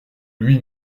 lui